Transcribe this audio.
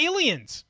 Aliens